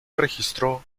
registró